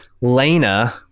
Lena